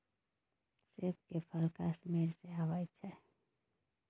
सेब के फल कश्मीर सँ अबई छै